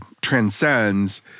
transcends